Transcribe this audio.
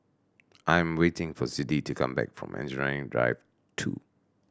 I am waiting for Siddie to come back from Engineering Drive Two